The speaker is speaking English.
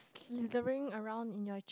slithering around in your ch~